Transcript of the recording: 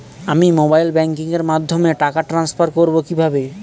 আমি mobile banking এর মাধ্যমে টাকা টান্সফার করব কিভাবে?